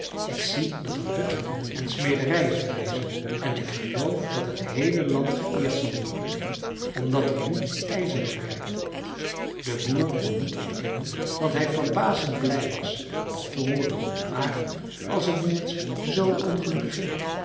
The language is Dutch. ik zie dat er hutten en smederijen verrijzen en ik geloof dat het heele land geëerd zal worden omdat er nu ijzer bewerkt wordt de boer kon niet ontkennen dat hij verbazend blij was dat te hooren maar als het nu eens zoo ongelukkig ging